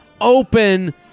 open